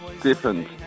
different